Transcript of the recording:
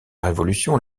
révolution